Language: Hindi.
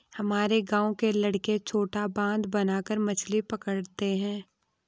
हमारे गांव के लड़के छोटा बांध बनाकर मछली पकड़ते हैं